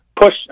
push